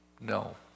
no